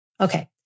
Okay